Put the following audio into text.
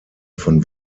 von